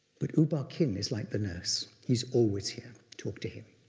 but u ba khin is like the nurse, he's always here, talk to him.